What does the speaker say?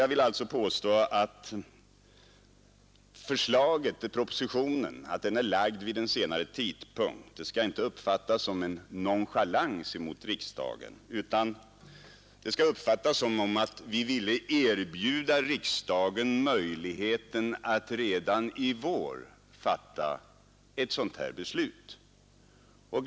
Jag vill alltså påstå att det förhållandet att propositionen är framlagd vid en sen tidpunkt inte skall uppfattas som en nonchalans mot riksdagen utan som att vi ville erbjuda riksdagen möjligheten att redan i vår fatta ett beslut i denna fråga.